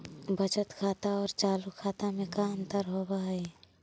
बचत खाता और चालु खाता में का अंतर होव हइ?